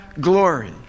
glory